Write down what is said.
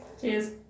Cheers